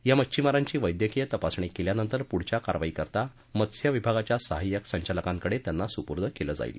या मच्छीमारांची वैद्यकीय तपासणी केल्यानंतर पुढच्या कारवाई करीता मत्स विभागाच्या सहाय्यक संचालकांमधें त्यांना सुपूर्द केलं जाईल